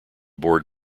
board